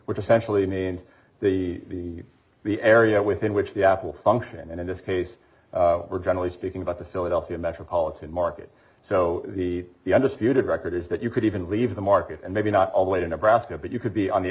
which essentially means the the area within which the app will function and in this case we're generally speaking about the philadelphia metropolitan market so the the undisputed record is that you could even leave the market and maybe not all the way to nebraska but you could be on the